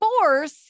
force